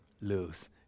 lose